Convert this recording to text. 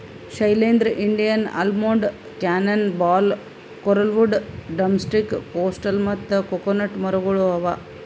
Shailendra, Indian almond, cannon ball, coralwood, drumstick, coastal ಮತ್ತ coconut ಮರಗೊಳ್ ಅವಾ